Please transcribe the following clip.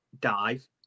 dive